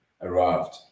arrived